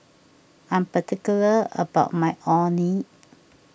I am particular about my Orh Nee